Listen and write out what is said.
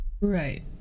Right